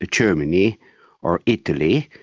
ah germany or italy,